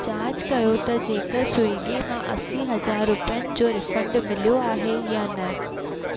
जांचु कयो त जेकर स्विगी मां असी हज़ार रुपियनि जो रीफंड मिलियो आहे या न